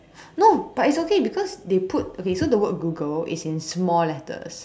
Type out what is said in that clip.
no but it's okay because they put okay so the word Google in small letters